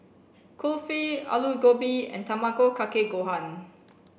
Kulfi Alu Gobi and Tamago kake gohan